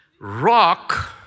rock